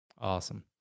Awesome